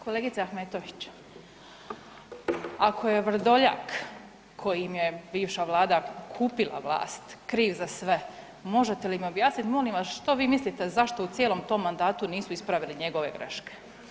Kolegice Ahmetović, ako je Vrdoljak kojim je bivša vlada kupila vlast kriv za sve, možete li mi objasniti molim vas što vi mislite zašto u cijelom tom mandatu nisu ispravili njegove greške?